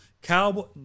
Cowboy